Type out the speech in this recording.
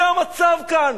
זה המצב כאן,